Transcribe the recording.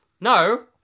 No